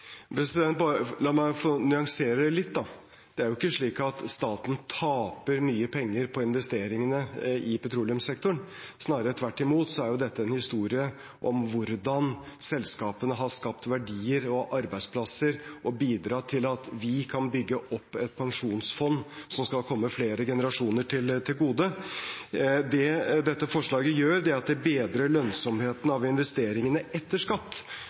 La meg da bare få nyansere litt. Det er ikke slik at staten taper mye penger på investeringene i petroleumssektoren, snarere tvert imot er dette en historie om hvordan selskapene har skapt verdier og arbeidsplasser og bidratt til at vi kan bygge opp et pensjonsfond som skal komme flere generasjoner til gode. Det dette forslaget gjør, er at det bedrer lønnsomheten av investeringene etter skatt,